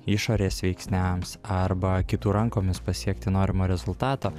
išorės veiksniams arba kitų rankomis pasiekti norimo rezultato